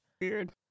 Weird